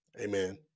amen